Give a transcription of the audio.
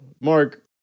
Mark